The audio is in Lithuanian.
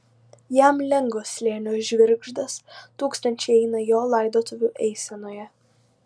jam lengvas slėnio žvirgždas tūkstančiai eina jo laidotuvių eisenoje